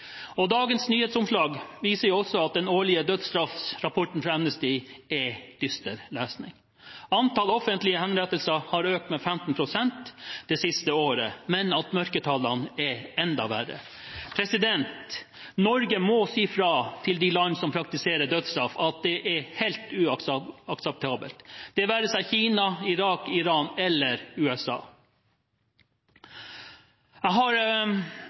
Dagens nyhetsoppslag viser også at den årlige dødsstraffrapporten fra Amnesty er dyster lesning. Antallet offentlige henrettelser har økt med 15 pst. det siste året, men mørketallene er enda verre. Norge må si fra til de land som praktiserer dødsstraff, at det er helt uakseptabelt – det være seg Kina, Irak, Iran eller USA. Regnskogfondet har